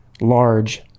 large